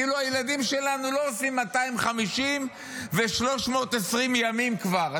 כאילו הילדים שלנו לא עושים 250 ו-320 ימים כבר.